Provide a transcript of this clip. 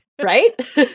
Right